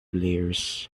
layers